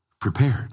prepared